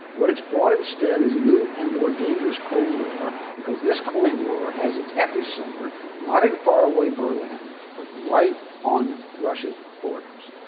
what's it's brought instead is a new and more dangerous cold war because this cold war has its epicenter not in faraway berlin, but right on russia's borders.